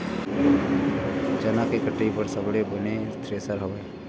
चना के कटाई बर सबले बने थ्रेसर हवय?